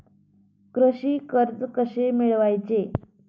कृषी कर्ज कसे मिळवायचे?